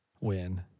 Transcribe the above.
win